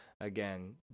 again